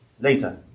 later